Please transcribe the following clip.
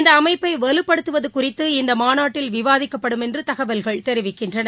இந்த அமைப்பை வலுப்படுத்துவது குறித்து இந்த மாநாட்டில் விவாதிக்கப்படும் என்று தகவல்கள் தெரிவிக்கின்றன